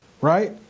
right